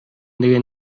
деген